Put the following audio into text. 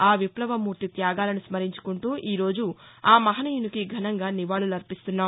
ఆ విప్లవమూర్తి త్యాగాలను స్మరించుకుంటూ ఈరోజు ఆమహానీయునికి ఘనంగా నివాళులు అర్పిస్తున్నాం